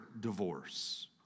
divorce